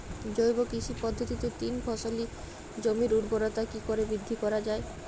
জৈব কৃষি পদ্ধতিতে তিন ফসলী জমির ঊর্বরতা কি করে বৃদ্ধি করা য়ায়?